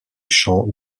champ